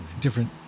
Different